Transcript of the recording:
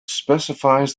specifies